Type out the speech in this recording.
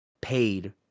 paid